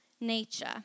nature